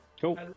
Cool